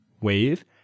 wave